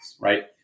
right